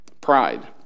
pride